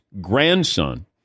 grandson